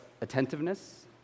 attentiveness